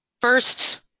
first